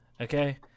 Okay